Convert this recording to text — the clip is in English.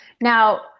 Now